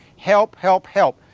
help, help, help!